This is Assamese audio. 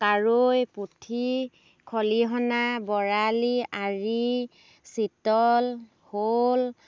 কাৱৈ পুঠি খলিহনা বৰালি আৰি চিতল শ'ল